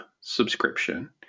subscription